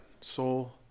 soul